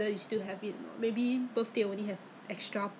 以前是我现在 !aiya! I don't buy too much already lah